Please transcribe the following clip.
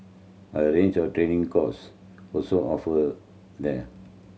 a range of training courses also offered there